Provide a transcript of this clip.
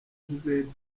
juventus